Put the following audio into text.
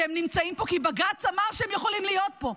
והם נמצאים פה כי בג"ץ אמר שהם יכולים להיות פה,